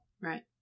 Right